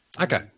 Okay